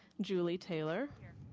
julie taylor, here.